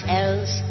else